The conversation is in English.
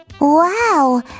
Wow